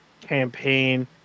campaign